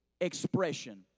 expression